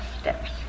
steps